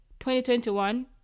2021